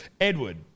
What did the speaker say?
Edward